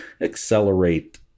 accelerate